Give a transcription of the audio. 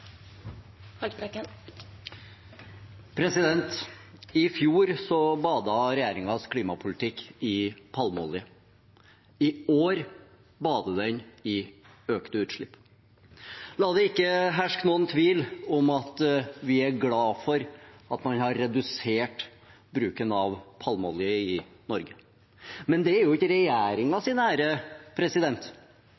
regnskogsbevaring. I fjor badet regjeringens klimapolitikk i palmeolje. I år bader den i økte utslipp. La det ikke herske noen tvil om at vi er glade for at man har redusert bruken av palmeolje i Norge, men det er jo